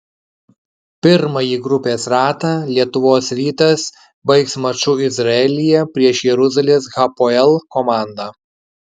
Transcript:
pirmąjį grupės ratą lietuvos rytas baigs maču izraelyje prieš jeruzalės hapoel komandą